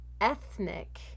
ethnic